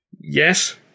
Yes